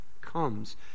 comes